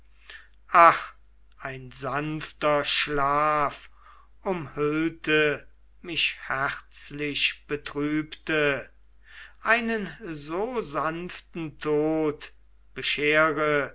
ach ein sanfter schlaf umhüllte mich herzlichbetrübte einen so sanften tod beschere